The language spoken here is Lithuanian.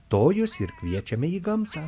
to jus ir kviečiame į gamtą